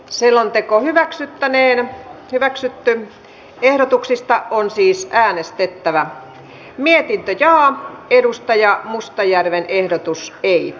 selonteko hyväksyttäneen jo hyväksytty ehdotuksista on siis äänestettävä mietitty ja edustaja mustajärven ehdotus ei